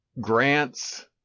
grants